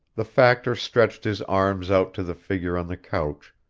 the factor stretched his arms out to the figure on the couch,